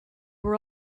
were